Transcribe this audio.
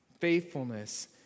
faithfulness